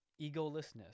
egolessness